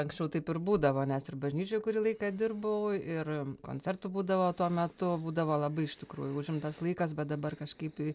anksčiau taip ir būdavo nes ir bažnyčioj kurį laiką dirbau ir koncertų būdavo tuo metu būdavo labai iš tikrųjų užimtas laikas bet dabar kažkaip į